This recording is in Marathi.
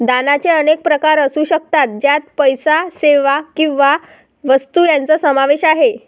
दानाचे अनेक प्रकार असू शकतात, ज्यात पैसा, सेवा किंवा वस्तू यांचा समावेश आहे